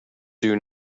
due